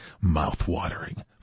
Mouth-watering